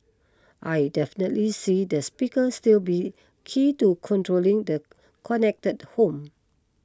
I definitely see the speaker still be key to controlling the connected home